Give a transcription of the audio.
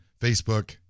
Facebook